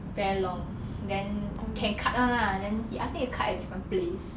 very long then can cut [one] lah then he ask me cut at different place